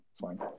fine